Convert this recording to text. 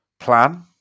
plan